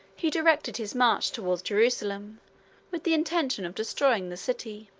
he directed his march toward jerusalem with the intention of destroying the city.